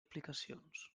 aplicacions